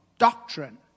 doctrine